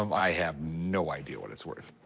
um i have no idea what it's worth.